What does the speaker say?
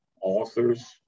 authors